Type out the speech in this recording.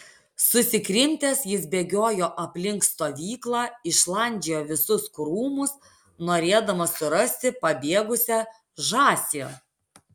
susikrimtęs jis bėgiojo aplink stovyklą išlandžiojo visus krūmus norėdamas surasti pabėgusią žąsį